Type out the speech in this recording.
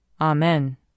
Amen